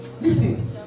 Listen